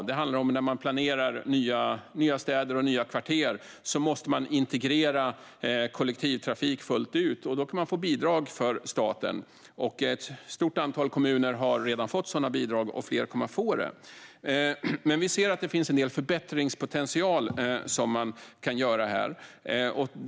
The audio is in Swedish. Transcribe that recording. Det handlar om att man när man planerar nya städer och nya kvarter måste integrera kollektivtrafik fullt ut, och då kan man få bidrag från staten. Ett stort antal kommuner har redan fått sådana bidrag, och fler kommer att få det. Men vi ser att det finns en del förbättringspotential här.